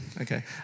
Okay